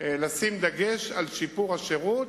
לשים דגש על שיפור השירות